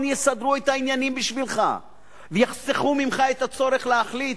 יסדרו את העניינים בשבילך ויחסכו ממך את הצורך להחליט.